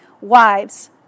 Wives